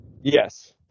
Yes